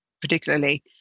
particularly